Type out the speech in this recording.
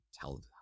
tell